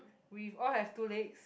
we all have two legs